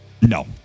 No